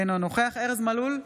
אינו נוכח ארז מלול,